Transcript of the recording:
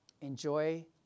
Enjoy